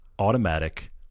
automatic